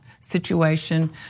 situation